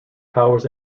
powers